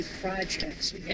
projects